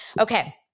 Okay